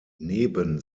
neben